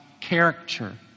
character